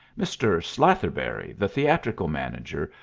mr. slatherberry, the theatrical manager,